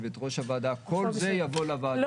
הוועדה, כל זה יבוא לוועדה